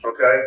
Okay